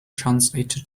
translated